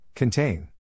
Contain